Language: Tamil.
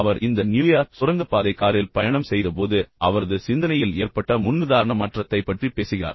அவர் இந்த நியூயார்க் சுரங்கப்பாதை காரில் பயணம் செய்தபோது அவரது சிந்தனையில் ஏற்பட்ட முன்னுதாரண மாற்றத்தைப் பற்றி பேசுகிறார்